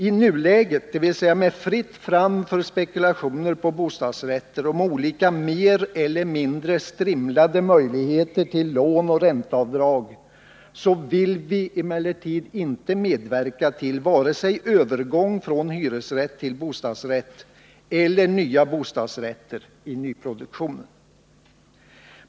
I nuläget, dvs. med fritt fram för spekulationer på bostadsrätter och med olika möjligheter till mer eller mindre ”strimlade” lån och ränteavdrag, vill vi emellertid inte medverka till vare sig övergång från hyresrätt till bostadsrätt eller nya bostadsrätter i nyproduktionen.